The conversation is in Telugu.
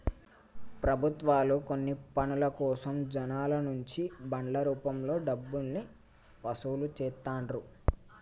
ప్రభుత్వాలు కొన్ని పనుల కోసం జనాల నుంచి బాండ్ల రూపంలో డబ్బుల్ని వసూలు చేత్తండ్రు